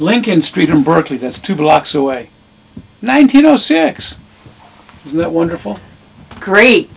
lincoln street in berkeley that's two blocks away nineteen zero six isn't that wonderful great